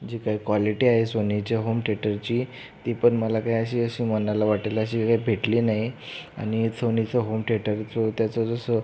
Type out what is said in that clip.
जी काही क्वॉलिटी आहे सोनीच्या होम थेटरची ती पण मला काही अशी अशी मनाला वाटेल अशी काही भेटली नाही आणि सोनीचं होम थेटरचं त्याचं जसं